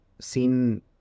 seen